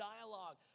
dialogue